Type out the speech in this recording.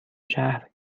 شهر